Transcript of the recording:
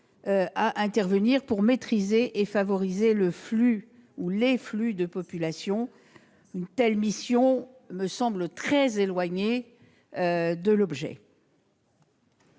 à intervenir pour maîtriser et favoriser les flux de population. Une telle mission me semble très éloignée de son objet.